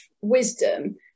wisdom